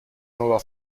nueva